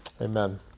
Amen